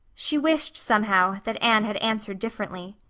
she wished, somehow, that anne had answered differently.